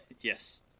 Yes